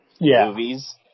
movies